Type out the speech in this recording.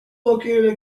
located